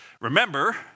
remember